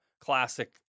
classic